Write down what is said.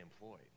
employed